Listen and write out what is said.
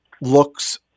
looks